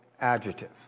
adjective